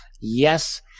yes